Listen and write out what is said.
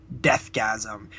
Deathgasm